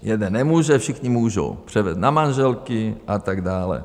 Jeden nemůže, všichni můžou, převedou na manželky a tak dále.